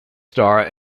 star